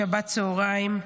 בשבת בצוהריים,